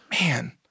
man